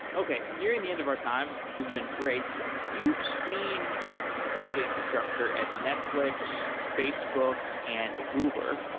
okay, nearing the end of our time, this has been great, you've seen data infrastructure at netflix, facebook and uber.